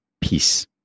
peace